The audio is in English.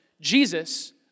Jesus